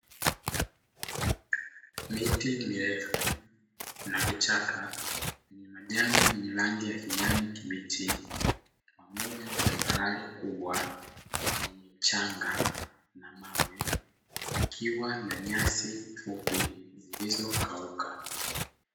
Miti mirefu na vichaka vyenye majani yenye rangi ya kijani kibichi pamoja na tambarare kubwa yenye mchanga na mawe ikiwa na nyasi fupi zilizokauka.